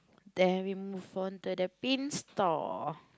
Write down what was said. then we move on to the pin stall